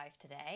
today